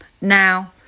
Now